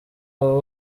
abo